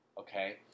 Okay